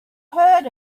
heard